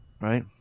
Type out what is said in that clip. Right